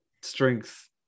strength